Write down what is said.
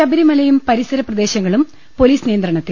ശബരിമലയും പരിസര പ്രദേശങ്ങളും പൊലീസ് നിയ ന്ത്രണത്തിൽ